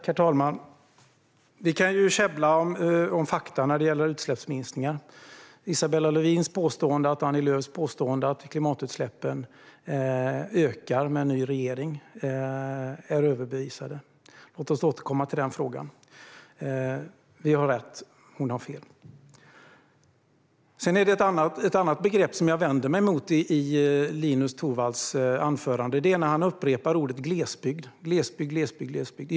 Herr talman! Vi kan käbbla om fakta när det gäller utsläppsminskningar. Isabella Lövins påstående att klimatutsläppen ökar med en ny regering är överbevisat. Låt oss återkomma till den frågan. Vi har rätt; hon har fel. Ett annat begrepp som jag vänder mig mot i Lorentz Tovatts inlägg är glesbygd. Han upprepar ordet glesbygd.